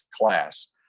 class